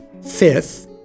fifth